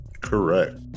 Correct